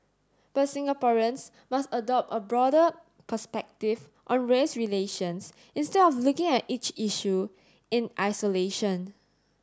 but Singaporeans must adopt a broader perspective on race relations instead of looking at each issue in isolation